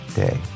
day